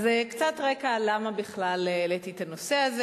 אז קצת רקע על למה בכלל העליתי את הנושא הזה.